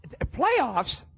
playoffs